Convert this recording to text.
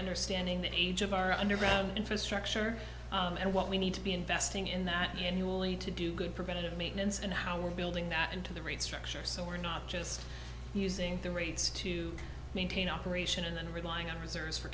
understanding that each of our underground infrastructure and what we need to be investing in that you knew only to do good preventive maintenance and how we're building that into the rate structure so we're not just using their rates to maintain operation and relying on reserves for